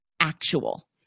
actual